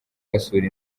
basura